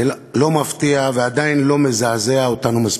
זה לא מפתיע ועדיין לא מזעזע אותנו מספיק.